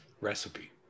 recipe